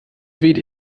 weht